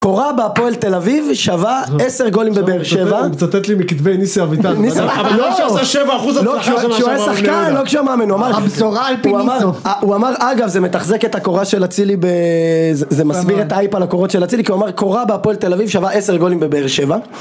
קורה בהפועל תל אביב, שווה 10 גולים בבאר שבע הוא מצטט לי מכתבי ניסים אביטן אבל לא כשהוא עושה 7% לא כשהוא היה שחקן, לא כשהוא מאמן הוא אמר, אגב זה מתחזק את הקורה של אצילי זה מסביר את האייפה לקורות של אצילי כי הוא אמר קורה בהפועל תל אביב שווה 10 גולים בבאר שבע